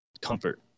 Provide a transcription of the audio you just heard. comfort